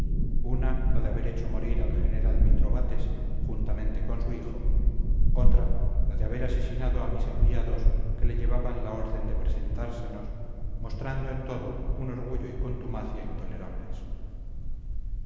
una la de haber hecho morir al general mitrobates juntamente con su hijo otra la de haber asesinado a mis enviados que le llevaban la orden de presentársenos mostrando en todo un orgullo y contumacia intolerables